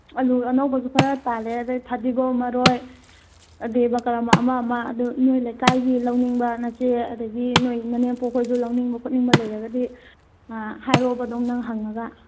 ꯑꯥꯜꯂꯨ ꯑꯅꯧꯕꯁꯨ ꯈꯔ ꯇꯥꯜꯂꯦ ꯑꯗꯒꯤ ꯐꯗꯤꯒꯣꯝ ꯃꯔꯣꯏ ꯗꯦꯚ ꯀꯔꯃ ꯑꯃ ꯑꯃ ꯑꯗꯨ ꯅꯣꯏ ꯂꯩꯀꯥꯏꯒꯤ ꯂꯧꯅꯤꯡꯕ ꯅꯆꯦꯗ ꯑꯗꯒꯤ ꯅꯣꯏ ꯅꯅꯦꯝꯄꯣꯛꯈꯣꯏꯗ ꯂꯧꯅꯤꯡꯕ ꯈꯣꯠꯅꯤꯡꯕ ꯂꯩꯔꯒꯗꯤ ꯍꯥꯏꯔꯛꯑꯣꯕ ꯑꯗꯨꯝ ꯅꯪ ꯍꯪꯉꯒ